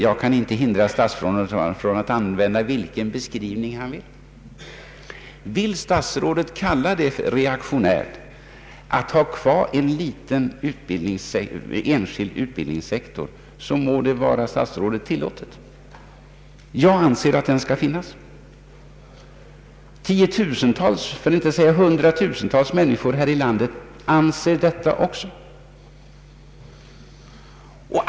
Jag kan inte hindra statsrådet från att använda vilken beskrivning han vill — om statsrådet vill kalla det reaktionärt att vi skall bibehålla en liten enskild utbildningssektor må det vara statsrådet tillåtet. Jag anser att en sådan skall finnas kvar. Tiotusentals för att inte säga hundratusentals människor här i landet är av samma uppfattning.